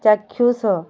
ଚାକ୍ଷୁଷ